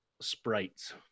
sprites